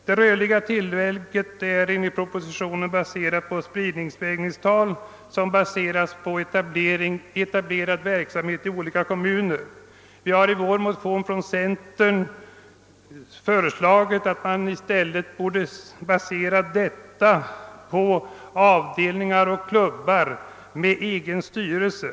Det rörliga tillägget är enligt propositionen baserat på spridningsvägningstal som grundar sig på etablerad verksamhet i olika kommuner. Centern har i sin motion föreslagit att tillägget borde baseras på antalet avdelningar och klubbar med egen styrelse.